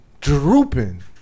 drooping